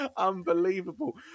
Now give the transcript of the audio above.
Unbelievable